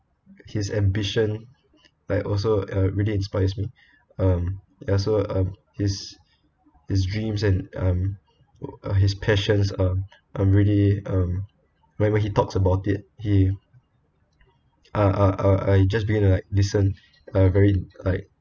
his ambition like also uh really inspires me um ya so uh his his dreams and um uh his passions um I'm really um when he talks about it he uh I just been like listen like very like